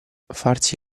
farsi